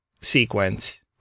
sequence